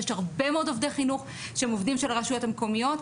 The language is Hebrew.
יש הרבה מאוד עובדי חינוך שהם עובדים של הרשויות המקומיות.